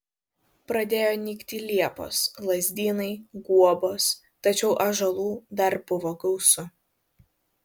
pradėjo nykti liepos lazdynai guobos tačiau ąžuolų dar buvo gausu